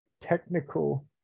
technical